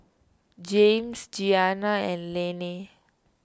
Jaymes Giana and Laney